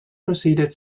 proceeded